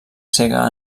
cega